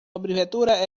abreviatura